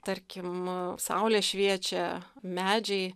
tarkim saulė šviečia medžiai